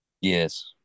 yes